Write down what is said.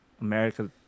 America